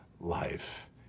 life